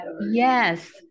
Yes